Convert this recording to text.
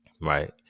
right